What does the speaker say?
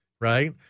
Right